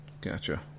Gotcha